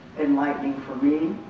enlightening for me,